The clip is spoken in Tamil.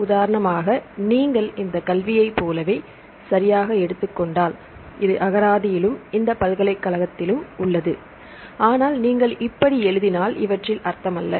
உதாரணமாக நீங்கள் இந்த கல்வியைப் போலவே சரியாக எடுத்துக் கொண்டால் இது அகராதியிலும் இந்த பல்கலைக்கழகத்திலும் உள்ளது ஆனால் நீங்கள் இப்படி எழுதினால் இவற்றில் அர்த்தமல்ல